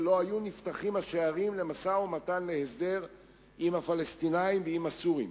ולא היו נפתחים השערים למשא-ומתן להסדר עם הפלסטינים ועם הסורים.